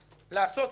לעשות בו בסדר,